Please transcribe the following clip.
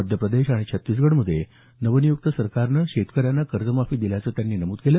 मध्यप्रदेश आणि छत्तीसगढ मध्ये नवनियुक्त सरकारनं शेतकऱ्यांना कर्जमाफी दिल्याचं त्यांनी नमूद केलं